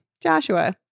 Joshua